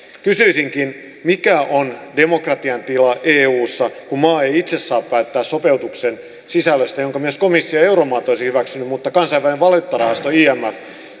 kysyisinkin mikä on demokratian tila eussa kun maa ei itse saa päättää sopeutuksen sisällöstä jonka myös komissio ja euromaat olisivat hyväksyneet vaan kansainvälinen valuuttarahasto imf